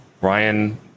Ryan